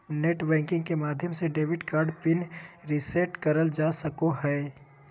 net banking के माध्यम से डेबिट कार्ड पिन रीसेट करल जा सको हय